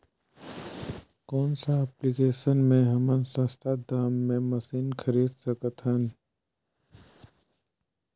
कौन सा एप्लिकेशन मे हमन सस्ता दाम मे मशीन खरीद सकत हन?